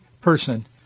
person